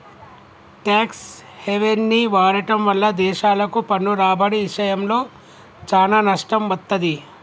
tax హెవెన్ని వాడటం వల్ల దేశాలకు పన్ను రాబడి ఇషయంలో చానా నష్టం వత్తది